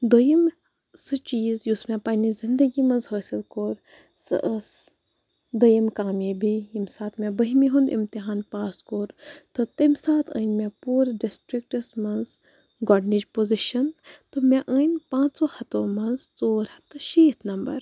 دوٚیِم سُہ چیٖز یُس مےٚ پَننہِ زندگی منٛز حٲصِل کوٚر سۄ ٲس دوٚیِم کامیٲبی ییٚمہِ ساتہٕ مےٚ بٔہمہِ ہُنٛد امتحان پاس کوٚر تہٕ تمہِ ساتہٕ أنۍ مےٚ پوٗرٕ ڈِسٹرٛکَس منٛز گۄڈٕنِچ پوزِشَن تہٕ مےٚ أنۍ پانٛژو ہَتو منٛز ژوٗر ہَتھ تہٕ شیٖتھ نمبر